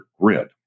grid